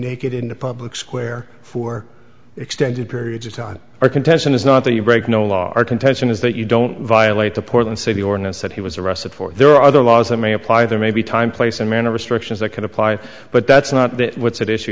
naked in the public square for extended periods of time our contention is not that you break no law our contention is that you don't violate the portland city ordinance that he was arrested for there are other laws that may apply there may be time place and manner restrictions that can apply but that's not what's at issue